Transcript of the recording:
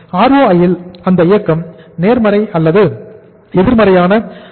ROI ல் அந்த இயக்கம் நேர்மறை அல்லது எதிர்மறையான இருக்கும்